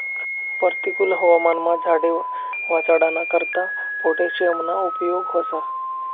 परतिकुल हवामानमा झाडे वाचाडाना करता पोटॅशियमना उपेग व्हस